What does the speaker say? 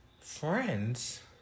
friends